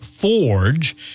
Forge